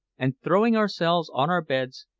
and throwing ourselves on our beds,